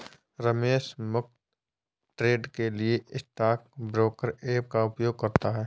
रमेश मुफ्त ट्रेड के लिए स्टॉक ब्रोकर ऐप का उपयोग करता है